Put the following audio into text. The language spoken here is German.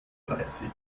dreißig